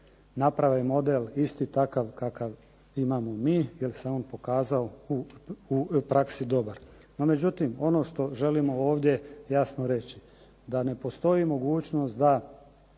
naprave model isti takav kakav imamo mi jer se on pokazao u praksi dobar. No međutim ono što želimo ovdje jasno reći da ne postoji mogućnost da